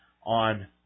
on